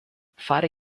fare